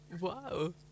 Wow